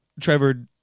Trevor